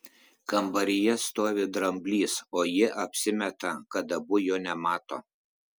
kambaryje stovi dramblys o jie apsimeta kad abu jo nemato